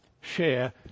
share